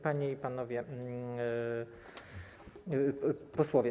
Panie i Panowie Posłowie!